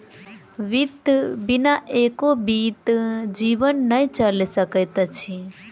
वित्त बिना एको बीत जीवन नै चलि सकैत अछि